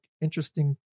interesting